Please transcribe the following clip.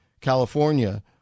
California